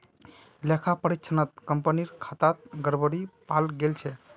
लेखा परीक्षणत कंपनीर खातात गड़बड़ी पाल गेल छ